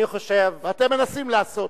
ואתם מנסים לעשות.